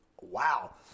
Wow